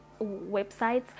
websites